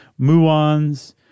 muons